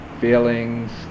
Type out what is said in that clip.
feelings